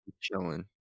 chilling